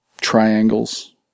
triangles